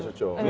ah jo